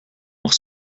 noch